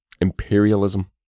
imperialism